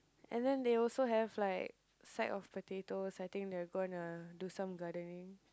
and then they also have like sack of potatoes I think they're gonna do some gardening